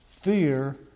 Fear